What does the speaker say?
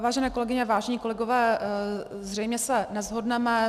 Vážené kolegyně, vážení kolegové, zřejmě se neshodneme.